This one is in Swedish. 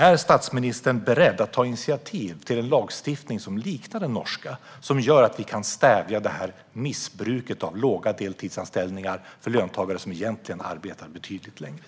Är statsministern beredd att ta initiativ till en lagstiftning som liknar den norska och gör att vi kan stävja missbruket av låga deltidsanställningar för löntagare som egentligen arbetar betydligt mer?